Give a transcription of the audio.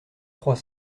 trois